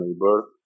neighbor